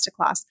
masterclass